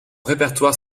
répertoire